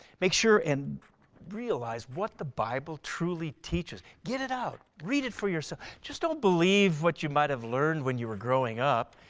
make sure and realize what the bible truly teaches. get it out, read it for yourself, just don't believe what you might have learned when you were growing up.